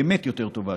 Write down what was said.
באמת יותר טובה,